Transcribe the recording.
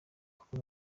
kuva